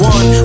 One